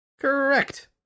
Correct